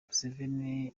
museveni